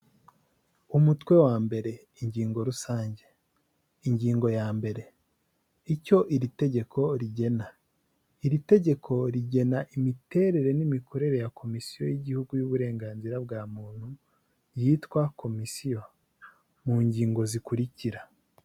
Umutwe wa mbere, ingingo rusange, ingingo ya mbere icyo iri tegeko rigena, iri tegeko rigena imiterere n'imikorere ya komisiyo y'igihugu y'uburenganzira bwa muntu yitwa komisiyo, mu ngingo zikurikira.